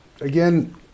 Again